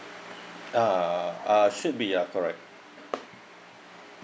uh uh should be ya correct